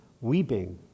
weeping